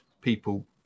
people